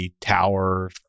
tower